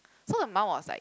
so her mum was like